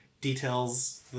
details